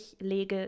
lege